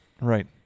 right